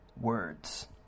words